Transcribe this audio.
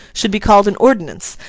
should be called an ordinance,